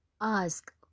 Ask